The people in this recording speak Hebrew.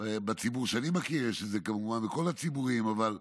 בציבור שאני מכיר, יש כמובן בכל הציבורים הרבה